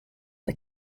the